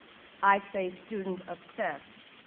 i say, student obsessed.